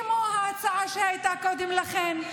כמו ההצעה שהייתה קודם לכן.